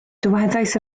dywedais